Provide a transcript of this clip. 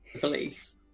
Police